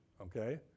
okay